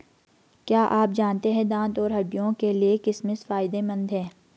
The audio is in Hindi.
क्या आप जानते है दांत और हड्डियों के लिए किशमिश फायदेमंद है?